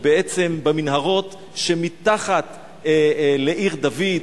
ובעצם במנהרות שמתחת לעיר-דוד,